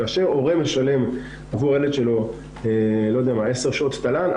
כאשר הורה משלם עבור הילד שלו 10 שעות תל"ן,